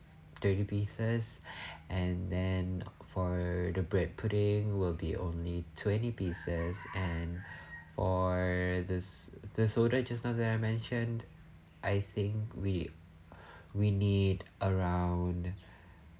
thirty pieces and then for the bread pudding will be only twenty pieces and for this this order just now that I mentioned I think we we need around